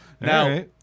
Now